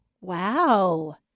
Wow